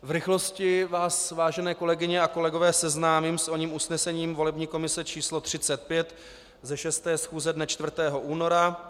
V rychlosti vás, vážené kolegyně a kolegové, seznámím s oním usnesením volební komise č. 35 ze 6. schůze dne 4. února.